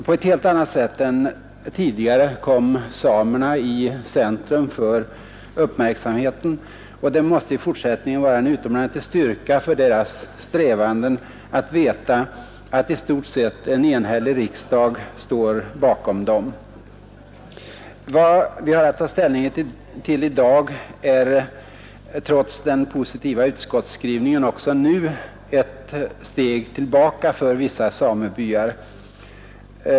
På ett helt annat sätt än tidigare kom samerna i centrum för uppmärksamheten, och det måste i fortsättningen vara en utomordentlig styrka för deras strävanden att veta att i stort sett en enhällig riksdag står bakom dem. Vad vi har att ta ställning till i dag är, trots den positiva utskottsskrivningen också nu, ett steg tillbaka för vissa samebyar.